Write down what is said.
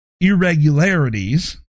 irregularities